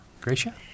Gracia